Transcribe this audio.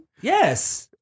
Yes